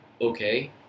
okay